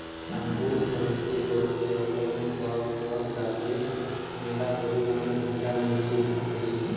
আঙ্গুর হয়টে গটে রকমের টক ফল যাতে ম্যালা পরিমাণে ভিটামিন সি থাকতিছে